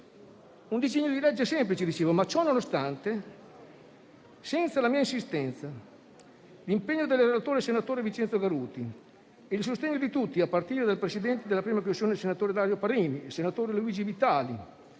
un disegno di legge semplice, ma ciononostante, senza la mia insistenza, l'impegno del relatore, senatore Vincenzo Garruti, il sostegno di tutti, a partire dal presidente della 1a Commissione, senatore Dario Parrini, del senatore Luigi Vitali